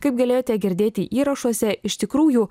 kaip galėjote girdėti įrašuose iš tikrųjų